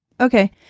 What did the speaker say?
Okay